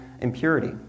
impurity